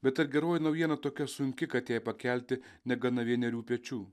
bet ar geroji naujiena tokia sunki kad jai pakelti negana vienerių pečių